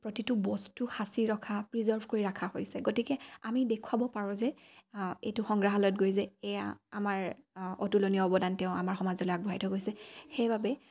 প্ৰতিটো বস্তু সাঁচি ৰখা প্ৰিজাৰ্ভ কৰি ৰখা হৈছে গতিকে আমি দেখুৱাব পাৰোঁ যে এইটো সংগ্ৰাহয়ত গৈ যে এয়া আমাৰ অতুলনীয় অৱদান তেওঁ আমাৰ সমাজলৈ আগবঢ়াই থৈছে সেইবাবে